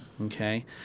Okay